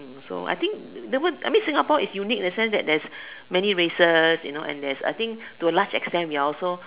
so I think the world I mean Singapore is unique in a sense that there's many races you know and there's I think to a large extent we are also